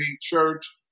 Church